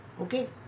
Okay